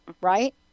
right